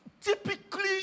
typically